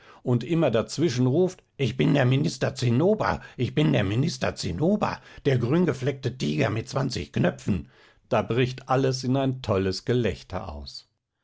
und immer dazwischen ruft ich bin der minister zinnober ich bin der minister zinnober der grüngefleckte tiger mit zwanzig knöpfen da bricht alles in ein tolles gelächter aus